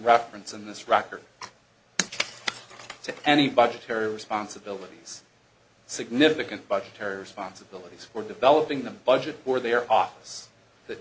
reference in this record to any budgetary responsibilities significant budgetary responsibilities or developing the budget for their office that